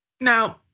now